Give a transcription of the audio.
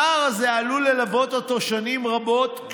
הפער הזה עלול ללוות אותו שנים רבות,